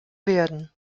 werden